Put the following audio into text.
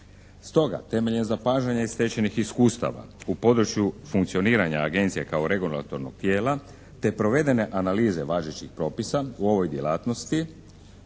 Stoga, temeljem zapažanja i stečenih iskustava u području funkcioniranja agencije kao regulatornog tijela te provedene analize važećih propisa u ovoj djelatnosti